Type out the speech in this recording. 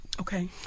Okay